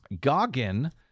Goggin